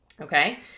Okay